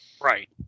right